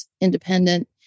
independent